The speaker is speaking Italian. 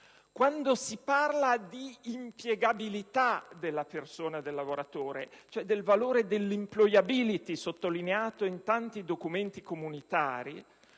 Quando si parla di impiegabilità della persona del lavoratore - il valore dell'*employability* sottolineato in tanti documenti comunitari